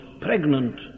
pregnant